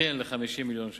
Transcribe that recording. ל-50 מיליון שקל.